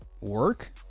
work